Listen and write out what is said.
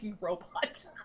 robot